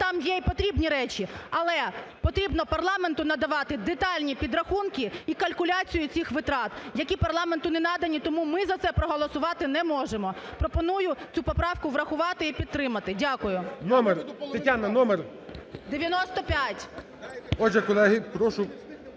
там є і потрібні речі, але потрібно парламенту надавати детальні підрахунки і калькуляцію цих витрат, які парламенту не надані. Тому ми за це проголосувати не можемо. Пропоную цю поправку врахувати і підтримати. Дякую. ГОЛОВУЮЧИЙ. Номер? Тетяна, номер?